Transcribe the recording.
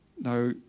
Now